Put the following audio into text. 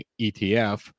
ETF